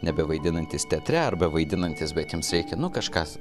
nebevaidinantys teatre arba vaidinantys bet jiems reikia nu kažkas